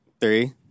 Three